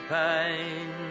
pain